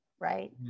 right